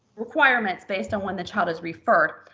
requirements based on when the child is referred.